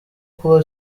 kuba